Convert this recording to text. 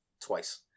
twice